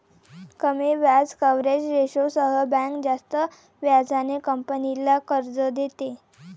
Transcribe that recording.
कमी व्याज कव्हरेज रेशोसह बँक जास्त व्याजाने कंपनीला कर्ज देते